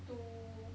two